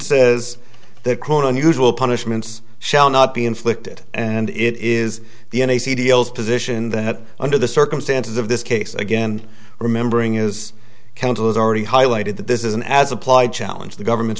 says that quite unusual punishments shall not be inflicted and it is the n a c deals position that under the circumstances of this case again remembering his counsel has already highlighted that this is an as applied challenge the government's